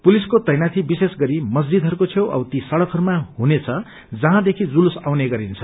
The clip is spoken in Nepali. पुलिसको तैनागी विशेष गरी मस्जिदहरूको छेउ औ ती सड़कहरूमा हुनेछ जहाँ देखि जुलुस आउने गरिन्छ